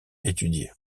étudié